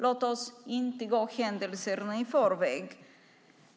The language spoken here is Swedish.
Låt oss inte gå händelserna i förväg.